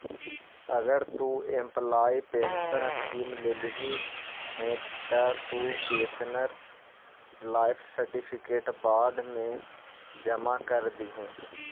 अगर तु employee pension scheme लेल्ही हे त तु पेंशनर लाइफ सर्टिफिकेट बाद मे जमा कर दिहें